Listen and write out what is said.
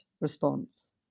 response